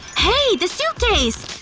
hey! the suitcase!